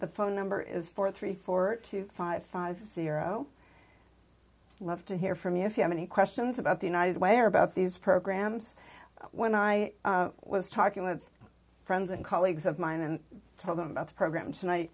the phone number is four three four five five zero love to hear from you if you have any questions about the united way or about these programs when i was talking with friends and colleagues of mine and told them about the program tonight